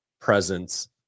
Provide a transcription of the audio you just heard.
presence